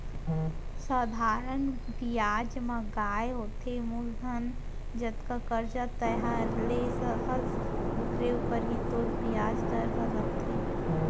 सधारन बियाज म काय होथे मूलधन जतका करजा तैंहर ले हस ओकरे ऊपर ही तोर बियाज दर ह लागथे